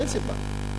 אין סיבה.